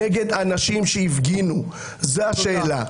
זו השאלה.